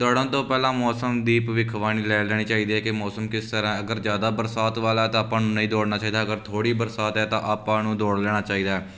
ਦੌੜਨ ਤੋਂ ਪਹਿਲਾਂ ਮੌਸਮ ਦੀ ਭਵਿੱਖਬਾਣੀ ਲੈ ਲੈਣੀ ਚਾਹੀਦੀ ਹੈ ਕਿ ਮੌਸਮ ਕਿਸ ਤਰ੍ਹਾਂ ਅਗਰ ਜ਼ਿਆਦਾ ਬਰਸਾਤ ਵਾਲਾ ਤਾਂ ਆਪਾਂ ਨੂੰ ਨਹੀਂ ਦੌੜਨਾ ਚਾਹੀਦਾ ਅਗਰ ਥੋੜ੍ਹੀ ਬਰਸਾਤ ਹੈ ਤਾਂ ਆਪਾਂ ਨੂੰ ਦੌੜ ਲੈਣਾ ਚਾਹੀਦਾ ਹੈ